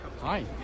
hi